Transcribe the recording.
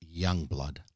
Youngblood